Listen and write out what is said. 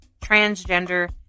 transgender